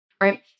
right